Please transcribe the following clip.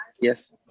Yes